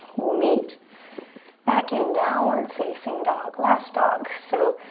we'll meet back in downward facing dog, last dog, so